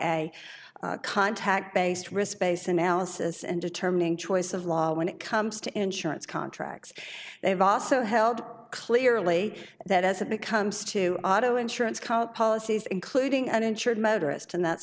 apply contact based risk based analysis and determining choice of law when it comes to insurance contracts they've also held clearly that as it becomes to auto insurance policies including uninsured motorist and that